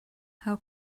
how